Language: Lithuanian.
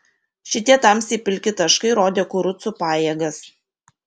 šitie tamsiai pilki taškai rodė kurucų pajėgas